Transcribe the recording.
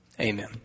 Amen